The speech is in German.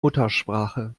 muttersprache